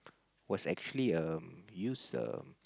was actually um used um